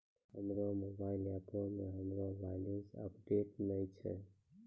हमरो मोबाइल एपो मे हमरो बैलेंस अपडेट नै छै